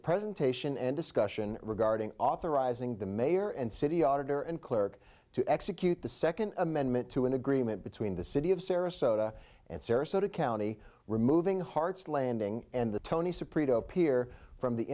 presentation and discussion regarding authorizing the mayor and city auditor and clerk to execute the second amendment to an agreement between the city of sarasota and sarasota county removing hearts landing and the tony soprano pier from the